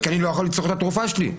כי אני לא יכול לצרוך את התרופה שלי.